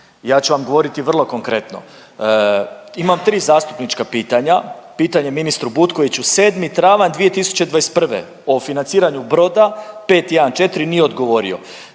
Ja ću vam govoriti vrlo konkretno, imam tri zastupnička pitanja, pitanje ministru Butkoviću 7. travanj 2021. o financiranju broda 514 nije odgovorio,